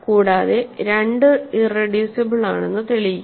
കൂടാതെ 2 ഇറെഡ്യൂസിബിൾ ആണെന്ന് തെളിയിക്കുക